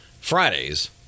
Fridays